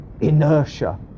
inertia